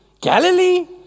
Galilee